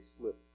slip